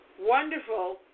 wonderful